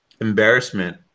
Embarrassment